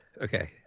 Okay